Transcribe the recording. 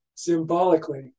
Symbolically